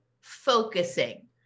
focusing